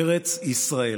ארץ ישראל,